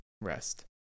rest